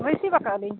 receive ᱟᱠᱟᱜᱼᱟ ᱞᱤᱧ